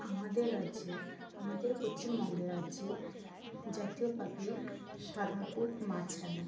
আমাদের রাজ্যে আমাদের পশ্চিমবঙ্গের রাজ্যে জাতীয় পাখি সাদা বুক মাছ রাঙা